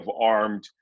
armed